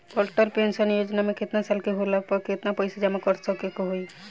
Atal pension Yojana मे केतना साल के होला पर केतना पईसा जमा करे के होई?